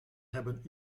hebben